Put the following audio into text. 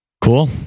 Cool